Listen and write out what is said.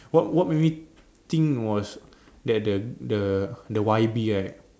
what what made me think was the the the the Wybie right